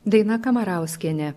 daina kamarauskienė